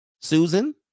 Susan